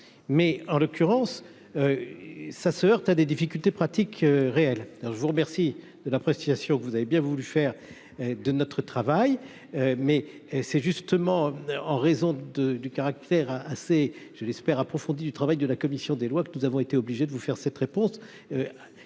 mais en l'occurrence ça se heurte à des difficultés pratiques réelles, alors je vous remercie de l'appréciation que vous avez bien voulu faire de notre travail, mais c'est justement en raison du caractère assez, je l'espère, approfondie du travail de la commission des lois que nous avons été obligés de vous faire cette réponse